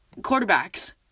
Quarterbacks